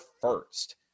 first